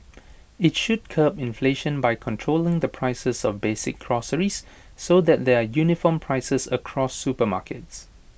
IT should curb inflation by controlling the prices of basic groceries so that there are uniform prices across supermarkets